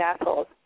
assholes